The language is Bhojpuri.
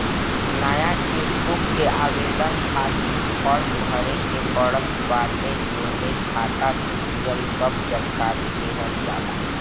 नया चेकबुक के आवेदन खातिर फार्म भरे के पड़त बाटे जेमे खाता से जुड़ल सब जानकरी देहल जाला